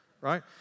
right